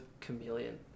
chameleon